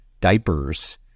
diapers